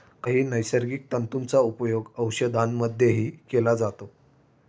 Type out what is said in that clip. काही नैसर्गिक तंतूंचा उपयोग औषधांमध्येही केला जातो